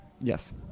Yes